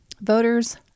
Voters